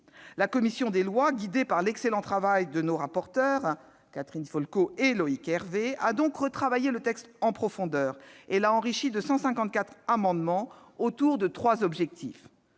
La commission des lois, guidée par l'excellent travail des rapporteurs, Catherine Di Folco et Loïc Hervé, a donc retravaillé le texte en profondeur et l'a enrichi de 154 amendements, autour de trois objectifs